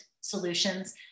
solutions